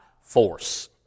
force